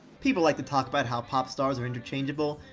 people like to talk about how pop stars are interchangeable,